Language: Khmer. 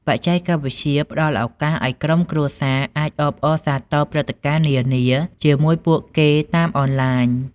បច្ចេកវិទ្យាផ្តល់ឱកាសឲ្យក្រុមគ្រួសារអាចអបអរសាទរព្រឹត្តិការណ៍នានា ជាមួយពួកគេតាមអនឡាញ។